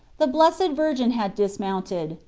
the blessed virgin had dismounted.